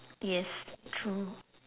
yes true